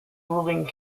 ruling